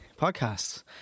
podcasts